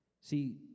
See